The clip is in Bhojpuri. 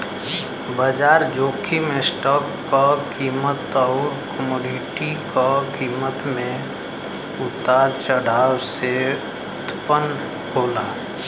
बाजार जोखिम स्टॉक क कीमत आउर कमोडिटी क कीमत में उतार चढ़ाव से उत्पन्न होला